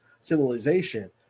civilization